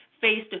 faced